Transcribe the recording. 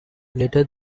later